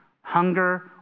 hunger